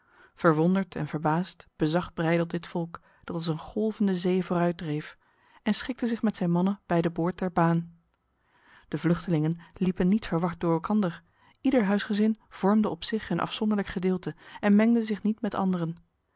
verwonderd en verbaasd bezag breydel dit volk dat als een golvende zee vooruitdreef en schikte zich met zijn mannen bij de boord der baan de vluchtelingen liepen niet verward door elkander ieder huisgezin vormde op zich een afzonderlijk gedeelte en mengde zich niet met anderen